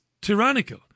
tyrannical